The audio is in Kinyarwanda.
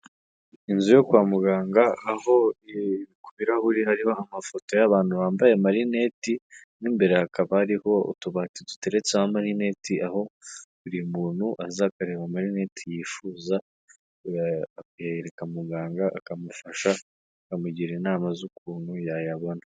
Inzu yo kwa muganga aho ku birahuri hariho amafoto y'abantu bambaye amarineti, mo imbere hakaba hariho utubati duteretseho amarineti, aho buri muntu aza akareba amarineti yifuza, akayereka muganga, akamufasha, akamugira inama z'ukuntu yayabona.